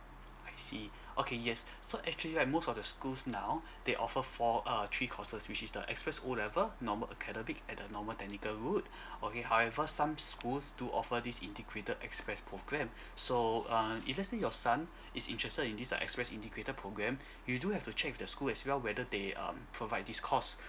I see okay yes so actually ah most of the schools now they offer four uh three courses which is the express O level normal academic at the normal technical route okay however some schools do offer this integrated express program so uh if let's say your son is interested in this ah express integrated program you do have to check with the school as well whether they um provide this course